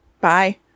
bye